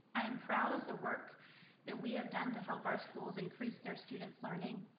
i am proud of the work that we have done to help our schools increase their students' learning,